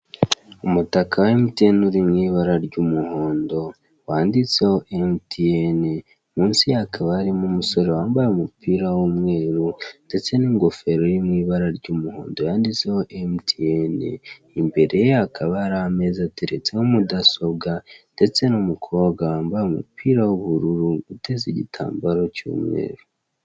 Umutaka wa Emutiyene uri mu ibara ry'umuhondo, wanditseho Emutiyene, munsi hakaba harimo umusore wambaye umupira w'umweru, ndetse n'ingofero iri mu ibara ry'umuhondo yandutseho Emutiyene, imbere ye hakaba hari ameza ateretseho mudasobwa ndetse n'umukobwa wambaye umupira w'ubururu, uteze igitambaro cy'umweru.